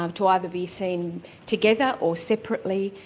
um to either be seen together or separately,